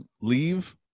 leave